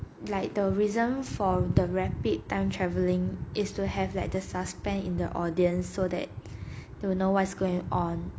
like the reason for the rapid time traveling is to have like the suspense in the audience so that to know what's going on